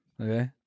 okay